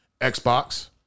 Xbox